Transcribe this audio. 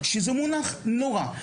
שזה מונח נורא,